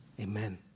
Amen